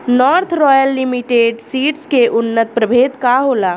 North Royal Limited seeds के उन्नत प्रभेद का होला?